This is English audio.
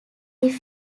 his